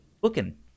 booking